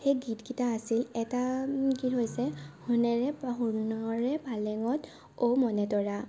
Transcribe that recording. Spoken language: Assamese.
সেই গীতকেইটা আছিল এটা গীত কি হৈছে সোণেৰে বা সোণৰে পালেঙত অ' মনেতৰা